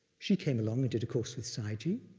she came along and did a course with sayagyi.